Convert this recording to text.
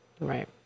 Right